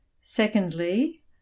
secondly